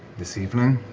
this evening?